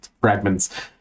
fragments